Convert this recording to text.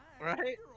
Right